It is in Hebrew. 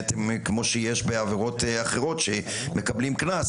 כמו שיש בעבירות אחרות שמקבלים קנס,